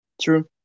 True